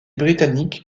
britannique